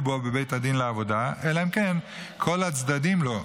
בו בבית הדין לעבודה אלא אם כן כל הצדדים לו,